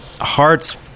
hearts